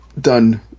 done